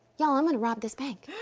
yeah um and rob this bank.